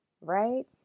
right